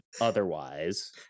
otherwise